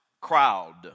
crowd